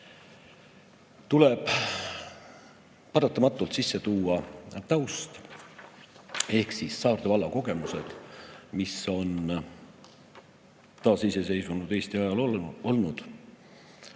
Tuleb paratamatult sisse tuua taust ehk Saarde valla kogemused, mis on taasiseseisvunud Eesti ajal olnud.